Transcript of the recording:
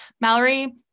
Mallory